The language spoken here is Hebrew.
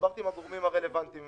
דיברתי עם הגורמים הרלוונטיים.